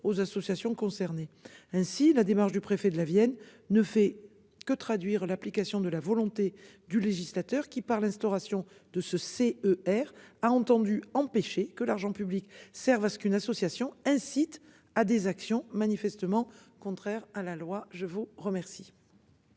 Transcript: aux associations concernées ainsi la démarche du préfet de la Vienne ne fait que traduire l'application de la volonté du législateur qui par l'instauration de ce C. E R a entendu empêcher que l'argent public serve à ce qu'une association incite à des actions manifestement contraire à la loi. Je vous remercie.